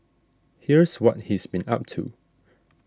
here's what he's been up to